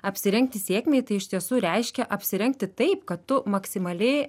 apsirengti sėkmei tai iš tiesų reiškia apsirengti taip kad tu maksimaliai